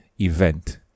event